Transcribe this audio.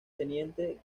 teniente